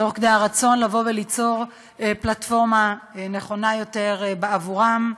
תוך כדי הרצון ליצור פלטפורמה נכונה יותר בעבורם.